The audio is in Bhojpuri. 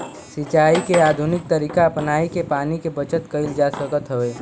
सिंचाई के आधुनिक तरीका अपनाई के पानी के बचत कईल जा सकत हवे